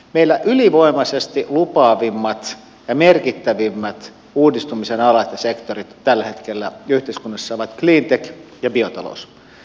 meillä ylivoimaisesti lupaavimmat ja merkittävimmät uudistumisen alat ja sektorit tällä hetkellä yhteiskunnassa ovat cleantech ja biotalous